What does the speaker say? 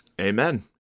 Amen